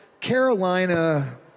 Carolina